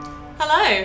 Hello